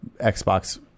Xbox